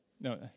no